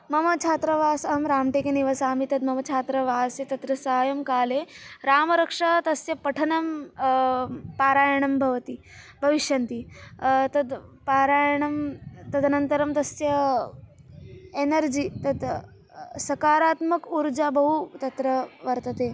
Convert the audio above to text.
मम छात्रावासः अहं रामटेके निवसामि तद् मम छात्रावासे तत्र सायङ्काले रामरक्षा तस्य पठनं पारायणं भवति भविष्यन्ति तद् पारायणं तदनन्तरं तस्य एनर्जि तत् सकारात्मकम् ऊर्जा बहु तत्र वर्तते